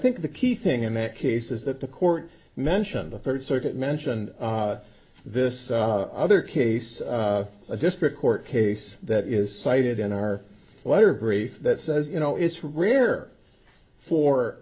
think the key thing in that case is that the court mentioned the third circuit mentioned this other case a district court case that is cited in our letter brief that says you know it's rare for